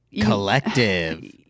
Collective